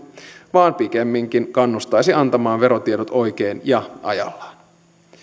vaan pikemminkin kannustaisi antamaan verotiedot oikein ja ajallaan